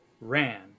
ran